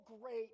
great